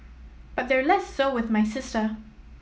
but they're less so with my sister